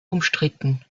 umstritten